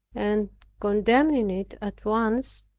and condemning it at once,